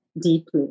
deeply